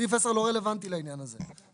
סעיף 10 לא רלוונטי לעניין הזה.